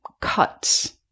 cuts